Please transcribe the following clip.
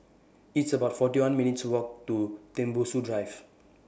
It's about forty one minutes' Walk to Tembusu Drive